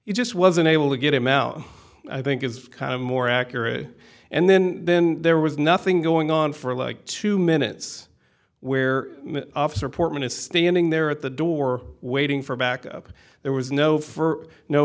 he just wasn't able to get him out i think is kind of more accurate and then then there was nothing going on for like two minutes where officer portman is standing there at the door waiting for backup there was no